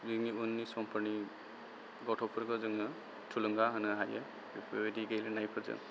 जोंनि उननि समफोरनि गथ'फोरखौ जोङो थुलुंगा होनो हायो बेफोरबायदि गेलेनायफोरजों